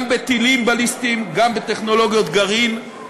גם בטילים בליסטיים, גם בטכנולוגיות גרעין.